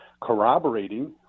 corroborating